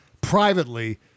privately